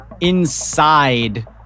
inside